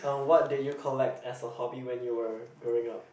um what did you collect as a hobby when you were growing up